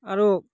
ଆରୁ